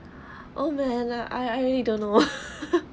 oh man I I I really don't know